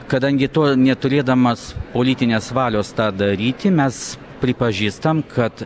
kadangi tuo neturėdamas politinės valios tą daryti mes pripažįstam kad